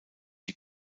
die